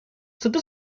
cette